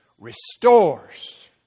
restores